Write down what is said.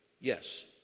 yes